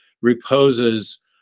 reposes